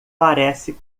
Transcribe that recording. parece